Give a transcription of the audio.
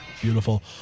Beautiful